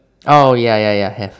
oh ya ya ya have